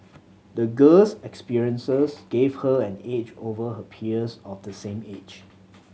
the girl's experiences gave her an edge over her peers of the same age